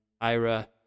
IRA